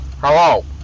Hello